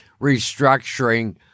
restructuring